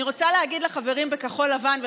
אני רוצה להגיד לחברים בכחול לבן,